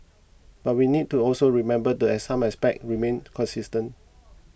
but we need to also remember that some aspects remain consistent